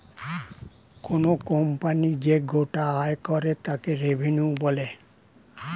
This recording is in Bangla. কোনো কোম্পানি যে গোটা আয় করে তাকে রেভিনিউ বলে